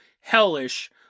hellish